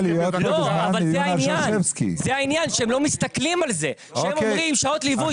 כשהם אומרים: "שעות ליווי,